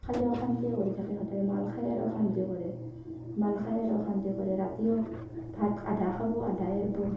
খালী অশান্তিয়ে কৰি থাকে সদায় মাল খায় আৰু অশান্তি কৰে মাল খায় আৰু অশান্তি কৰে ৰাতিও ভাত আধা খাব আধা এৰিব